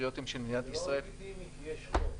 זה לא לגיטימי כי יש חוק.